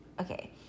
okay